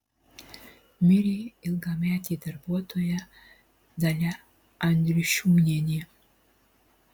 mirė ilgametė darbuotoja dalia andriušiūnienė